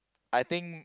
I think